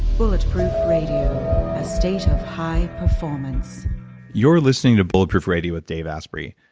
bulletproof radio, a state of high performance you're listening to bulletproof radio with dave asprey.